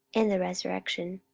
and the resurrection.